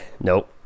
Nope